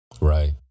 Right